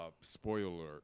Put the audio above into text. spoiler